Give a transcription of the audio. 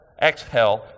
Exhale